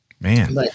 Man